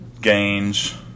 gains